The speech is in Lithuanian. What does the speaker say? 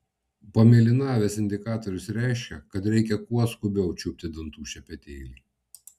pamėlynavęs indikatorius reiškia kad reikia kuo skubiau čiupti dantų šepetėlį